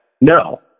No